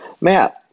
Matt